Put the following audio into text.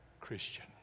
Christian